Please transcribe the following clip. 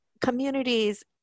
communities